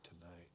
tonight